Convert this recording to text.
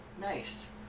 nice